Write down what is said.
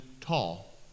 tall